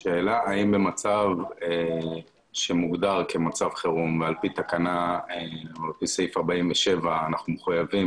האם במצב שמוגדר כמצב חירום כאשר על פי תקנה בסעיף 47 אנחנו מחויבים